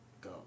go